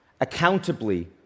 accountably